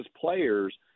players